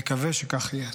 נקווה שכך יהיה.